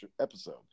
episode